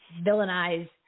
villainize